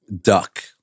Duck